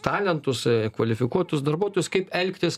talentus kvalifikuotus darbuotojus kaip elgtis